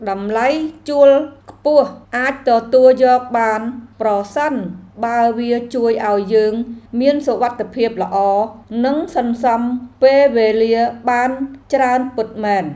តម្លៃជួលខ្ពស់អាចទទួលយកបាន ប្រសិនបើវាជួយឱ្យយើងមានសុវត្ថិភាពល្អ និងសន្សំពេលវេលាបានច្រើនពិតមែន។